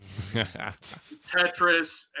tetris